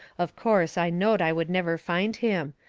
of course, i knowed i would never find him.